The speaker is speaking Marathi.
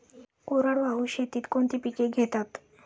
कोरडवाहू शेतीत कोणती पिके घेतात?